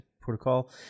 protocol